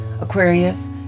Aquarius